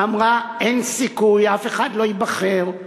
אמרה שאין סיכוי, אף אחד לא ייבחר.